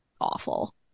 awful